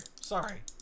Sorry